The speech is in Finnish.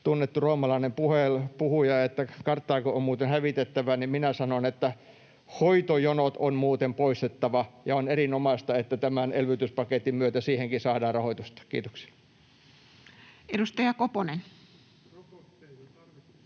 tunnettu roomalainen puhuja sanoi, että Karthago on muuten hävitettävä — että hoitojonot on muuten poistettava, ja on erinomaista, että tämän elvytyspaketin myötä siihenkin saadaan rahoitusta. — Kiitoksia. [Toimi